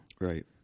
Right